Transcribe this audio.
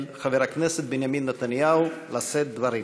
חבר הכנסת בנימין נתניהו לשאת דברים.